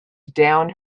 down